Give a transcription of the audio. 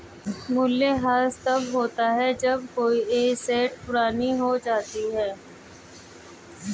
मूल्यह्रास तब होता है जब कोई एसेट पुरानी हो जाती है